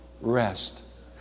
rest